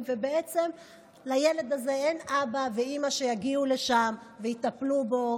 ובעצם לילד הזה אין אבא ואימא שיגיעו לשם ויטפלו בו,